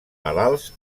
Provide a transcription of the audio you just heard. malalts